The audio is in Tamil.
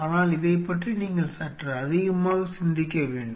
ஆனால் இதைப்பற்றி நீங்கள் சற்று அதிகமாக சிந்திக்க வேண்டும்